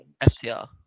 FTR